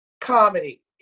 Comedy